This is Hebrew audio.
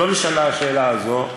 לא נשאלה השאלה הזו,